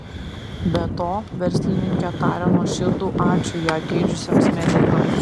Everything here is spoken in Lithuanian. be to verslininkė taria nuoširdų ačiū ją gydžiusiems medikams